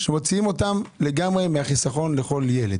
שמוציאים אותם לגמרי מהחיסכון לכל ילד